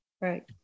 Right